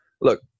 look